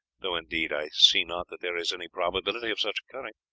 though indeed i see not that there is any probability of such occurring.